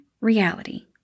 reality